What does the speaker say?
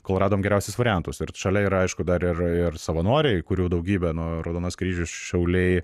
kol radom geriausius variantus ir šalia yra aišku dar ir ir savanoriai kurių daugybė nuo raudonasis kryžius šauliai